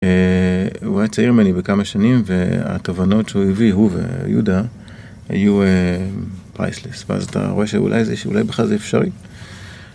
הוא היה צעיר ממני בכמה שנים, והתובנות שהוא הביא, הוא ויהודה, היו פרייסלס. ואז אתה רואה שאולי איזשהו, אולי בכלל זה אפשרי.